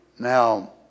Now